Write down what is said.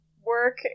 work